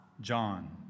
john